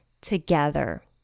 together